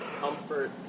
comfort